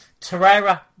Torreira